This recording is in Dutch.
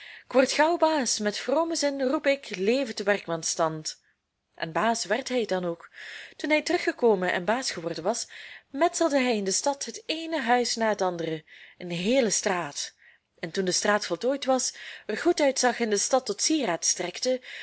word gauw baas met vromen zin roep ik leev de werkmansstand en baas werd hij dan ook toen hij teruggekomen en baas geworden was metselde hij in de stad het eene huis na het andere een heele straat en toen de straat voltooid was er goed uitzag en de stad tot sieraad strekte